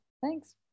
Thanks